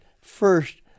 first